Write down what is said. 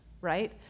right